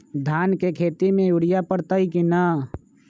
धान के खेती में यूरिया परतइ कि न?